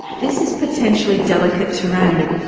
this is potentially delicate terrain.